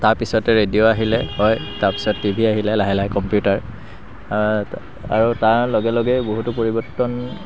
তাৰপিছতে ৰেডিঅ' আহিলে হয় তাৰপিছত টি ভি আহিলে লাহে লাহে কম্পিউটাৰ আৰু তাৰ লগে লগে বহুতো পৰিৱৰ্তন